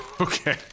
Okay